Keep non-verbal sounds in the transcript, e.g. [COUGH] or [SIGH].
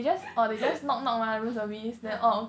[LAUGHS] [NOISE] ah